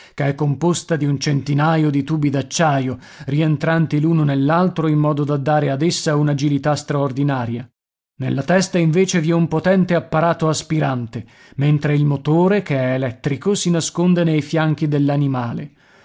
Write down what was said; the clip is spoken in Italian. che è composta di un centinaio di tubi d'acciaio rientranti l'uno nell'altro in modo da dare ad essa un'agilità straordinaria nella testa invece vi è un potente apparato aspirante mentre il motore che è elettrico si nasconde nei fianchi